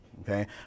Okay